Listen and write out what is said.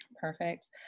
Perfect